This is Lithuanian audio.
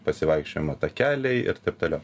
pasivaikščiojimo takeliai ir taip toliau